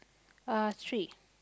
uh three